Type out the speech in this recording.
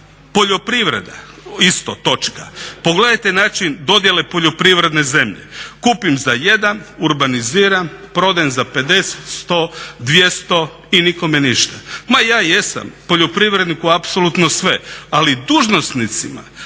Poljoprivreda isto točka, pogledajte način dodjele poljoprivredne zemlje. kupim za jedan, urbaniziram, prodajem za 50, 100, 200 i nikome ništa. Ma ja jesam poljoprivredniku apsolutno sve, ali dužnosnicima